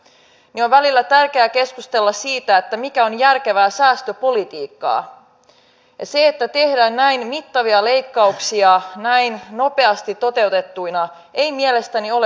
ei hallitus voi jäädä tuleen makaamaan kyllä on tehtävä ratkaisuja ja ne varmasti ovat kipeitäkin ratkaisuja ja joudutaan sitten puuttumaan tähän näillä kilpailukykypaketeilla